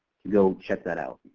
to go check that out.